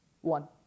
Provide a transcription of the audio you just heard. one